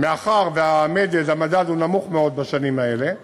מאחר שהמדד הוא נמוך מאוד בשנים האלה,